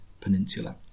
Peninsula